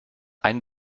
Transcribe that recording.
ein